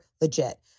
legit